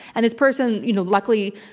and this person, you know, luckily,